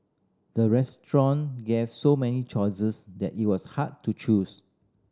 the restaurant gave so many choices that it was hard to choose